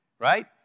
right